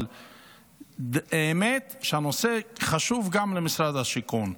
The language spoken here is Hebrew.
אבל האמת שהנושא חשוב גם למשרד השיכון.